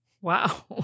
Wow